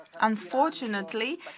unfortunately